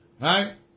Right